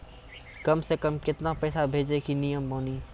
कम से कम केतना पैसा भेजै के नियम बानी?